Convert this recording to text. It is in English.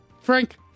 Frank